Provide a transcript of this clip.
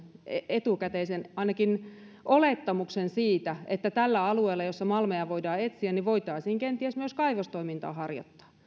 etukäteisen lupauksen ainakin olettamuksen siitä että tällä alueella jossa malmeja voidaan etsiä voitaisiin kenties myös kaivostoimintaa harjoittaa